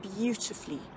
beautifully